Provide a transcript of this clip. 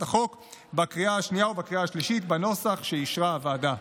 החוק בקריאה השנייה ובקריאה השלישית בנוסח שאישרה הוועדה.